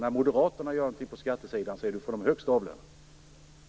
När Moderaterna vill göra något på skattesidan är det för de högst avlönade.